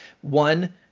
one